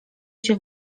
się